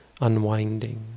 unwinding